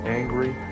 angry